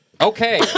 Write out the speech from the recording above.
Okay